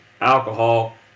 alcohol